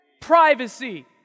privacy